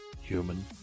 human